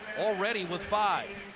already with five.